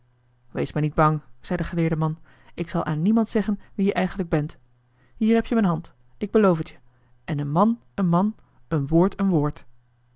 wees maar niet bang zei de geleerde man ik zal aan niemand zeggen wie je eigenlijk bent hier heb je mijn hand ik beloof het je en een man een man een woord een woord